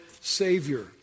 Savior